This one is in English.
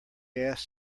ass